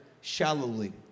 shallowly